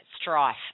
strife